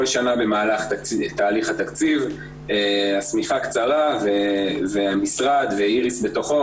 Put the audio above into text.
שנה במהלך תהליך התקציב השמיכה קצרה והמשרד ואיריס בתוכו